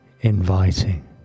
inviting